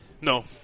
No